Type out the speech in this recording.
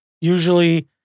usually